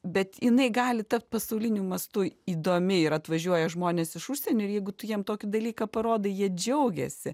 bet jinai gali tapt pasauliniu mastu įdomi ir atvažiuoja žmonės iš užsienio ir jeigu tu jiem tokį dalyką parodai jie džiaugiasi